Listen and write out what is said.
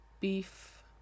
beef